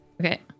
Okay